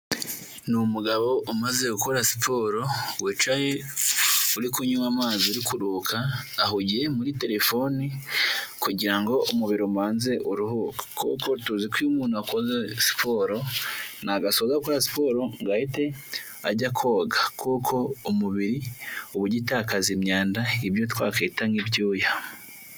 Ni umugabo umaze gukora siporo wicaye uri kunywa amazi uri kuruhuka, ahugiye muri telefone kugira ngo umubiri ubanze uruhuke kuko tuzi ko iyo umuntu akoze siporo ntabwo asoza gukora siporo ngo ahite ajya koga kuko umubiri uba ugitakaza imyanda ibyo twakwita nk'ibyuya.